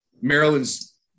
Maryland's